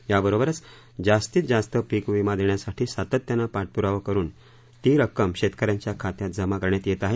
याबरोबरच जास्तीत जास्त पीकविमा देण्यासाठी सातत्याने पाठप्रावा करून ती रक्कम शेतकऱ्यांच्या खात्यात जमा करण्यात येत आहे